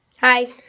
Hi